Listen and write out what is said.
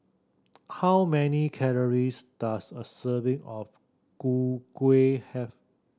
how many calories does a serving of Gu Kueh